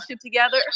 together